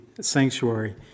sanctuary